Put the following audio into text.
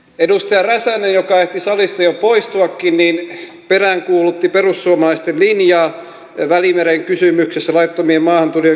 edustaja räsänen joka ehti salista jo poistuakin peräänkuulutti perussuomalaisten linjaa välimeren kysymyksessä laittomien maahantulijoiden kysymyksessä